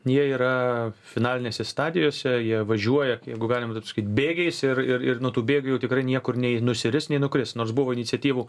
jie yra finalinėse stadijose jie važiuoja jeigu galima taip pasakyt bėgiais ir ir ir nuo tų bėgių jau tikrai niekur nei nusiris nei nukris nors buvo iniciatyvų